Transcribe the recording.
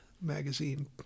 Magazine